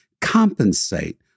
compensate